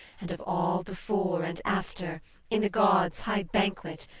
and of all before and after in the gods' high banquet,